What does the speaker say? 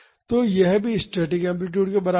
तो यह भी स्टैटिक एम्पलीटूड के बराबर है